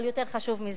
אבל יותר חשוב מזה,